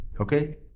Okay